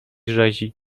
rzezi